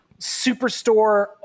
superstore